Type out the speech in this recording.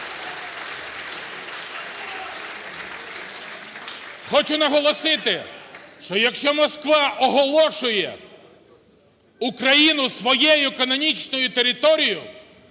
Хочу наголосити, що якщо Москва оголошую Україну своєю канонічною територією,